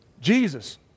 Jesus